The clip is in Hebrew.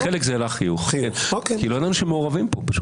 בחלק זה העלה חיוך כי לא ידענו שהם מעורבים כאן.